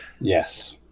Yes